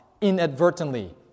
inadvertently